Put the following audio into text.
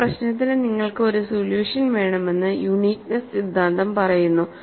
ഒരു പ്രശ്നത്തിന് നിങ്ങൾക്ക് ഒരു സൊല്യൂഷൻ വേണമെന്ന് യുണീക്നെസ്സ് സിദ്ധാന്തം പറയുന്നു